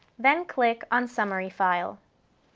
then click on summary file.